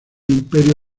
imperio